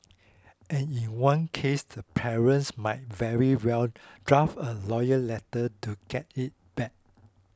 and in one case the parents might very well draft a lawyers letter to get it back